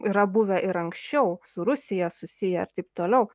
yra buvę ir anksčiau su rusija susiję taip toliau